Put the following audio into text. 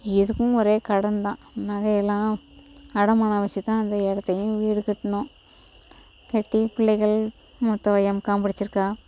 எதுக்கும் ஒரே கடன் தான் நகை எல்லாம் அடமானம் வெச்சு தான் அந்த இடத்தையும் வீடு கட்டினோம் கட்டி பிள்ளைகள் மூத்தவள் எம்காம் படிச்சுருக்கா